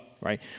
right